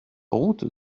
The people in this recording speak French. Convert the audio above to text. route